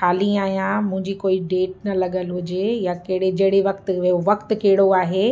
खाली आहियां मुंहिंजी कोई डेट न लॻल हुजे या कहिड़े जहिड़े वक़्ति उहो वक़्ति कहिड़ो आहे